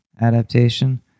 adaptation